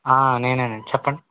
నేనేనండి చెప్పండి